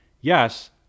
Yes